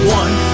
one